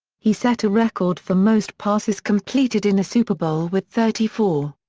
he set a record for most passes completed in a super bowl with thirty four.